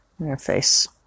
interface